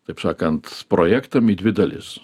taip sakant projektam į dvi dalis